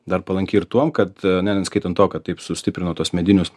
dar palanki ir tuom kad neskaitant to kad taip sustiprino tuos medinius